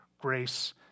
grace